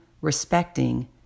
respecting